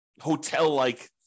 hotel-like